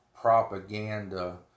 propaganda